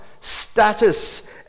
status